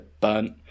burnt